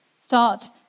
Start